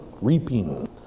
reaping